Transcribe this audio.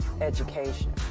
education